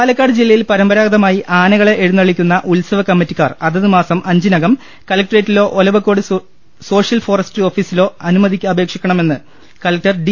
പാലക്കാട് ജില്ലയിൽ പരമ്പരാഗതമായി ആനകളെ എഴുന്നള്ളിക്കുന്ന ഉത്സവ കമ്മിറ്റിക്കാർ അതത് മാസം അഞ്ചിനകം കലക്ടറേറ്റിലോ ഒലവക്കോട് സോഷ്യൽ ഫോറസ്ട്രി ഓഫീസിലോ അനുമതിക്ക് അപേക്ഷിക്കുണമെന്ന് ജില്ലാ കലക്ടർ ഡി